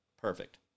Perfect